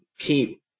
Keep